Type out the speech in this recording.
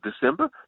December